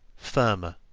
firmer,